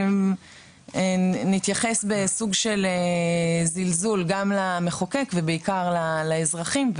ונתייחס בסוג של זלזול גם למחוקק ובעיקר לאזרחים",